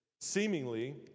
seemingly